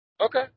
Okay